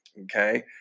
okay